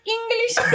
English